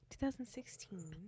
2016